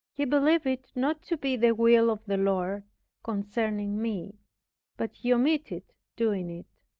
he believed it not to be the will of the lord concerning me but he omitted doing it.